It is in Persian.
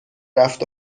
رفت